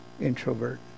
introvert